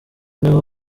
niho